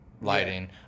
Lighting